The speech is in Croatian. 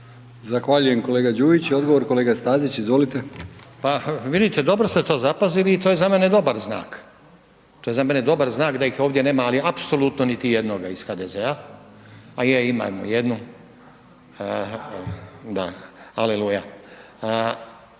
Zahvaljujem kolega Đujić i odgovor kolega Stazić, izvolite. **Stazić, Nenad (SDP)** Pa vidite dobro ste to zapazili i to je za mene dobar znak, to je za mene dobar znak da ih ovdje nema ali apsolutno niti jednoga iz HDZ-a, a je imamo jednu da, aleluja.